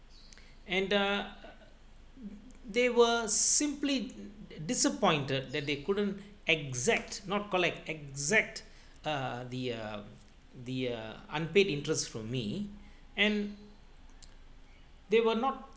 and the they were simply disappointed that they couldn't exact not collect exact uh the uh the uh unpaid interest from me and they were not